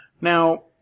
Now